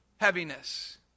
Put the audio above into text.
heaviness